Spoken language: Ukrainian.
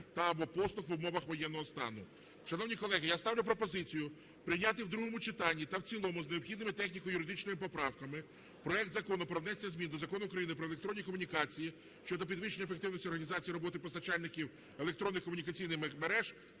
та/або послуг в умовах воєнного стану. Шановні колеги, я ставлю пропозицію прийняти в другому читанні та в цілому з необхідними техніко-юридичними поправками проект Закону про внесення змін до Закону України "Про електронні комунікації" щодо підвищення ефективності організації роботи постачальників електронних комунікаційних мереж